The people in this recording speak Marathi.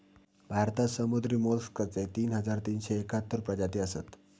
भारतात समुद्री मोलस्कचे तीन हजार तीनशे एकाहत्तर प्रजाती असत